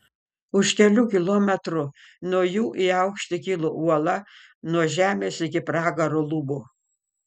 už kelių kilometrų nuo jų į aukštį kilo uola nuo žemės iki pragaro lubų